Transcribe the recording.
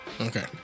okay